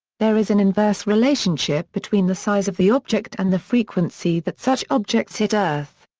there is an inverse relationship between the size of the object and the frequency that such objects hit earth.